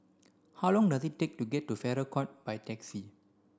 how long does it take to get to Farrer Court by taxi